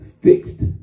fixed